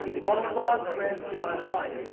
a lot of thoughts ran through my mind.